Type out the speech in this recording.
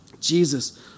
Jesus